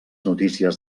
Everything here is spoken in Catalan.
notícies